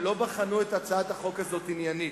הם לא בחנו את הצעת החוק הזאת עניינית.